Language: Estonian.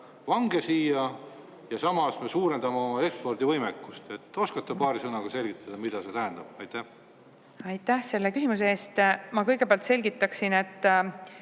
vange siia ja samas me nagu suurendame oma ekspordivõimekust. Oskate paari sõnaga selgitada, mida see tähendab? Aitäh selle küsimuse eest! Ma kõigepealt selgitaksin, et